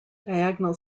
diagonal